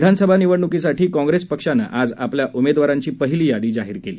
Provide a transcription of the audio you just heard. विधानसभा निवडणूकीसाठी काँप्रेस पक्षानं आज आपल्या उमेदवारांची पहिली यादी जाहीर केली